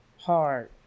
hard